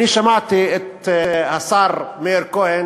שמעתי את השר מאיר כהן